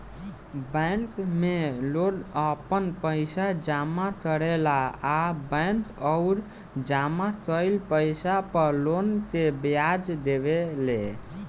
bank में लोग आपन पइसा जामा करेला आ बैंक उ जामा कईल पइसा पर लोग के ब्याज देवे ले